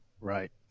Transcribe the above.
Right